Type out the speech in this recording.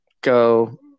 Go